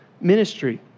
ministry